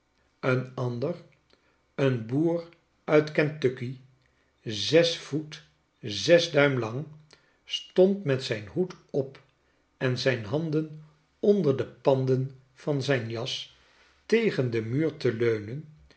een ander een boer uit kentucky zes voet zes duim lang stond met zijn hoed op en zijn handen onder de panden van zijn jas tegen den muur te leunen